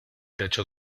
techo